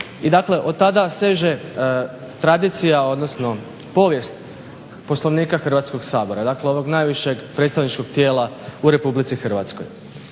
od tada seže tradicija, odnosno povijest Poslovnika Hrvatskog sabora. Dakle, onog najvišeg predstavničkog tijela u Republici Hrvatskoj.